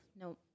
no